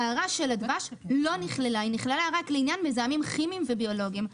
ההערה של הדבש נכללה רק לעניין מזהמים כימיים וביולוגיים.